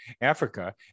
africa